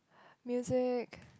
music